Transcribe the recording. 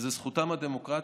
וזו זכותם הדמוקרטית.